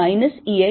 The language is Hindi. Edl